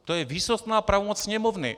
To je výsostná pravomoc Sněmovny.